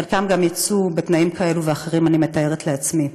חלק גם יצאו בתנאים כאלה ואחרים, אני מתארת לעצמי.